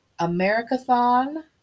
Americathon